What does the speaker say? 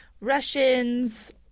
russians